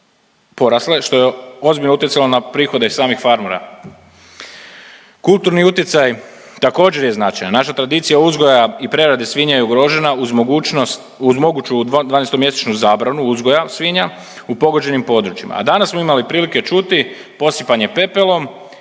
što je ozbiljno utjecalo na prihode i samih farmera. Kulturni utjecaj također je značajan. Naša tradicija uzgoja i prerade svinja je ugrožena uz moguću dvanaesto mjesečnu zabranu uzgoja svinja u pogođenim područjima, a danas smo imali prilike čuti posipanje pepelom